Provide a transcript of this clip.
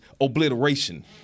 obliteration